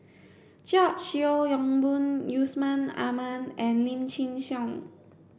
George Yeo Yong Boon Yusman Aman and Lim Chin Siong